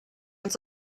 ganz